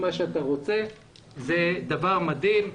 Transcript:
זה דבר מדהים.